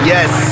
Yes